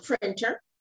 printer